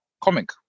comic